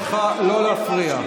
היום.